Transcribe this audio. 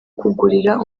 kugurira